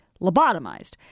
lobotomized